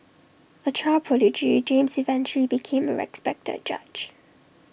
A child prodigy James eventually became A respected judge